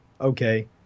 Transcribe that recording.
okay